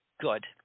good